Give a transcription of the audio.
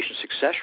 success